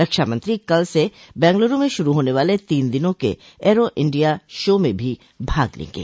रक्षामंत्री कल से बेंगलुरू में शुरू होने वाले तीन दिनों के एयरो इंडिया शो में भी भाग लेंगे